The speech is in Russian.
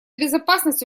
безопасности